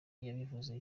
yabivuze